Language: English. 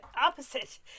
opposite